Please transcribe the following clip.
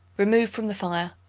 remove from the fire.